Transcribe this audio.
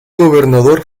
gobernador